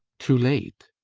too late!